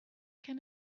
can